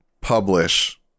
publish